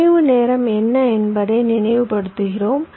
அமைவு நேரம் என்ன என்பதை நினைவுபடுத்துகிறோம்